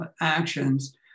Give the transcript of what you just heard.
actions